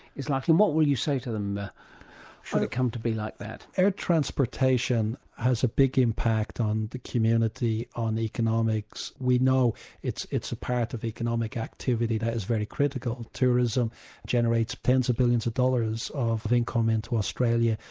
like and what will you say to them should it come to be like that? air transportation has a big impact on the community, on the economics. we know it's it's a part of economic activity that is very critical. tourism generates tens of billions of dollars of income into australia,